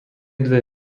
dve